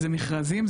זה מכרזים,